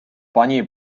pani